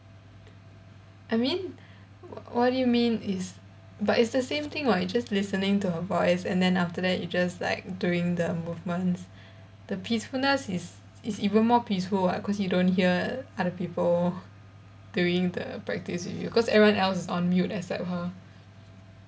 I mean what do you mean is but it's the same thing [what] you just listening to her voice and then after that you just like doing the movements the peacefulness is is even more peaceful [what] cause you don't hear other people doing the practice with you cause everyone else is on mute except her